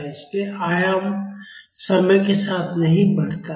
इसलिए आयाम समय के साथ नहीं बढ़ता है